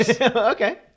Okay